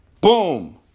Boom